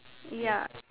ya